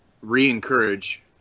re-encourage